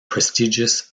prestigious